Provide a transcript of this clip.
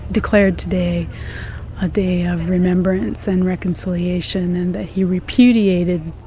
declared today a day of remembrance and reconciliation and that he repudiated